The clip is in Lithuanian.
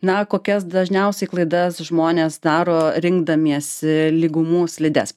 na kokias dažniausiai klaidas žmonės daro rinkdamiesi lygumų slides